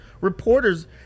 reporters